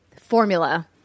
formula